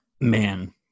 man